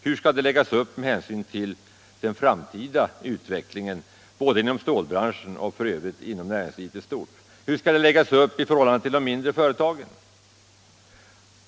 Hur skall det läggas upp med hänsyn till den framtida utvecklingen både inom stålbranschen och inom näringslivet i stort? Hur skall det läggas upp i förhållande till de mindre företagen?